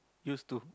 used to